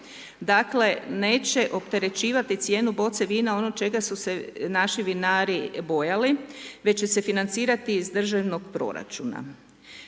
dakle neće opterećivati cijenu boce vina ono čega su se naši vinari bojali već će se financirati iz državnog proračuna.